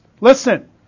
Listen